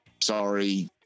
sorry